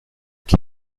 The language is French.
qui